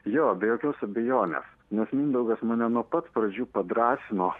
jo be jokios abejonės nes mindaugas mane nuo pat pradžių padrąsino